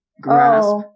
grasp